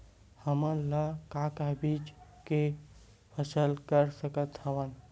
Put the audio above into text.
हमन ह का का बीज के फसल कर सकत हन?